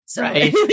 Right